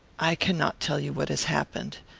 i cannot tell you what has happened.